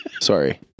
Sorry